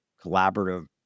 collaborative